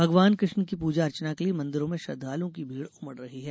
भगवान कृष्ण की पूजा अर्चना के लिए मंदिरों में श्रद्वालुओं की भीड़ उमड़ रही है